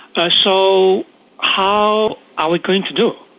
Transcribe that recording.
ah so how are we going to do?